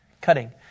Cutting